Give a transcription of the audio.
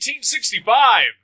1865